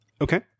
Okay